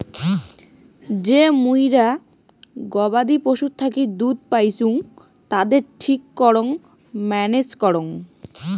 যে মুইরা গবাদি পশুর থাকি দুধ পাইচুঙ তাদের ঠিক করং ম্যানেজ করং